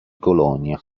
colonia